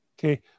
Okay